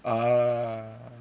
ah